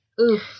Oof